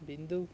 ಬಿಂದು